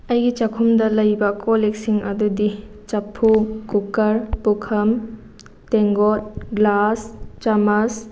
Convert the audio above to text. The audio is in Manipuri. ꯑꯩꯒꯤ ꯆꯥꯛꯈꯨꯝꯗ ꯂꯩꯕ ꯀꯣꯜꯂꯤꯛꯁꯤꯡ ꯑꯗꯨꯗꯤ ꯆꯐꯨ ꯀꯨꯀꯔ ꯄꯨꯈꯝ ꯇꯦꯡꯒꯣꯠ ꯒ꯭ꯂꯥꯁ ꯆꯥꯝꯃꯁ